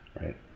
right